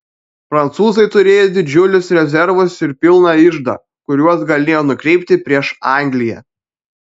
prancūzai turėjo didžiulius rezervus ir pilną iždą kuriuos galėjo nukreipti prieš angliją